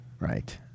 Right